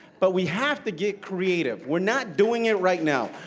but we have to get creative. we're not doing it right now.